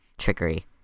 trickery